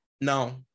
No